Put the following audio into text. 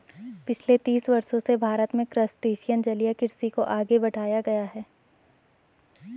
पिछले तीस वर्षों से भारत में क्रस्टेशियन जलीय कृषि को आगे बढ़ाया है